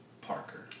Parker